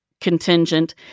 contingent